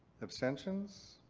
abstentions.